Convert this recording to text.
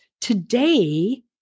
today